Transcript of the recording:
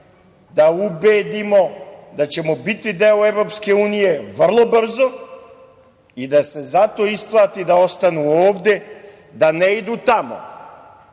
da ubedimo da ćemo biti deo EU ubrzo i da se zato isplati da ostanu ovde da ne idu tamo,